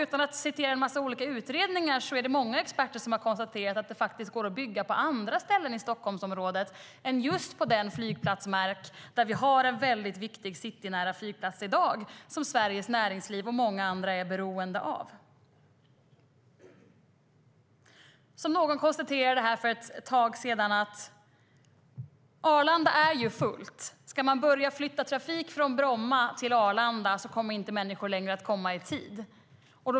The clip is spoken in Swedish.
Utan att citera en massa olika utredningar kan jag säga att det är många experter som har konstaterat att det faktiskt går att bygga på andra ställen i Stockholmsområdet än just på den flygplatsmark där vi har en mycket viktig citynära flygplats i dag som Sveriges näringsliv och många andra är beroende av. Som någon konstaterade för ett tag sedan är Arlanda fullt. Ska man börja flytta trafik från Bromma till Arlanda kommer människor inte längre att komma i tid.